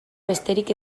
besterik